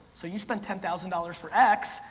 so you spent ten thousand dollars for x,